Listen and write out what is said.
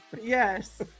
Yes